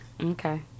Okay